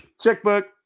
Checkbook